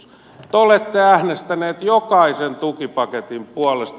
te olette äänestäneet jokaisen tukipaketin puolesta